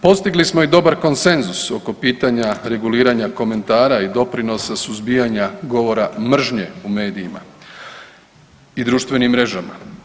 Postigli smo i dobar konsenzus oko pitanja reguliranja komentara i doprinosa suzbijanja govora mržnje u medijima i društvenim mrežama.